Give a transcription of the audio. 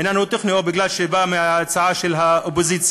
העניין הוא טכני, או מפני שההצעה באה מהאופוזיציה.